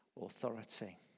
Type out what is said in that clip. authority